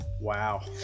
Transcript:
Wow